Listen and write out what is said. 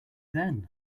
then